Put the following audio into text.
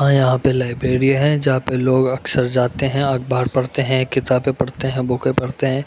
ہاں یہاں پہ لائبریری ہے جہاں پہ لوگ اکثر جاتے ہیں اخبار پڑھتے ہیں کتابیں پڑھتے ہیں بکیں پڑھتے ہیں